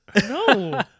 No